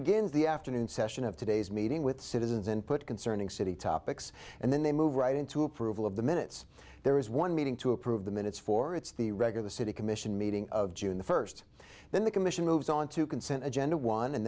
begins the afternoon session of today's meeting with citizens input concerning city topics and then they move right into approval of the minutes there is one meeting to approve the minutes for it's the regular city commission meeting of june the first then the commission moves onto consent agenda one and